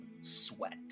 sweat